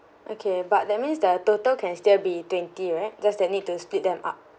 okay but that means that uh total can still be twenty right just that need to split them up